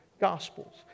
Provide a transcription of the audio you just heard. gospels